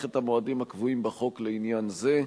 את המועדים הקבועים בחוק לעניין זה.